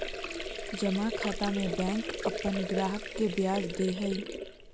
जमा खाता में बैंक अपन ग्राहक के ब्याज दे हइ